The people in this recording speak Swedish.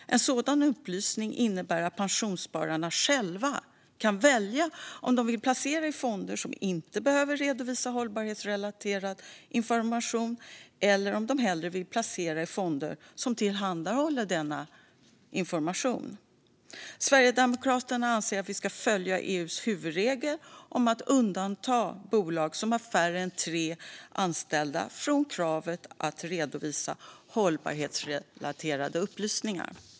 En sådan upplysning innebär att pensionsspararna själva kan välja om de vill placera i fonder som inte behöver redovisa hållbarhetsrelaterad information, eller om de hellre vill placera i fonder som tillhandahåller denna information. Sverigedemokraterna anser att vi ska följa EU:s huvudregel om att undanta bolag som har färre än tre anställda från kravet att redovisa hållbarhetsrelaterade upplysningar.